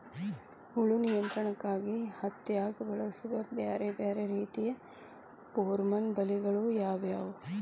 ಹುಳು ನಿಯಂತ್ರಣಕ್ಕಾಗಿ ಹತ್ತ್ಯಾಗ್ ಬಳಸುವ ಬ್ಯಾರೆ ಬ್ಯಾರೆ ರೇತಿಯ ಪೋರ್ಮನ್ ಬಲೆಗಳು ಯಾವ್ಯಾವ್?